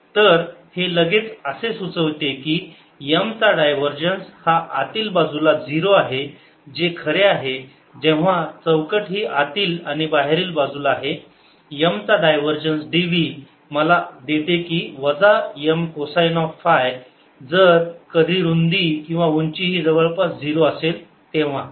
MMcosϕ δ तर हे लगेच असे सुचविते की M चा डायव्हरजन्स हा आतील बाजूला 0 आहे जे खरे आहे जेव्हा चौकट ही आतील आणि बाहेर बाजूला आहे M चा डायव्हरजन्स dv मला देते वजा M कोसाइन ऑफ फाय जर कधी रुंदी किंवा उंची ही जवळपास 0 असेल तेव्हा